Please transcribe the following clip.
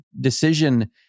decision